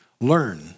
learn